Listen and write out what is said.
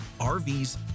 RVs